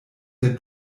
der